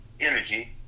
energy